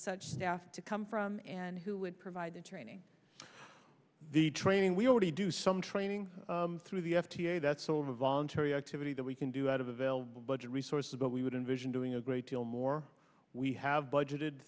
such staff to come from and who would provide the training the training we already do some training through the f d a that's all voluntary activity that we can do out of available budget resources but we would invision doing a great deal more we have budgeted